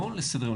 לא לסדר יום,